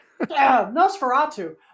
nosferatu